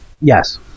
Yes